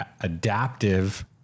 adaptive